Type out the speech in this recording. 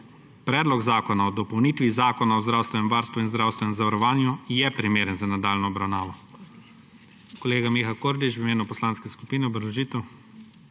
Predlog zakona o dopolnitvi Zakona o zdravstvenem varstvu in zdravstvenem zavarovanju je primeren za nadaljnjo obravnavo. Kolega Miha Kordiš v imenu poslanske skupine, obrazložitev.